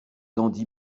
dandy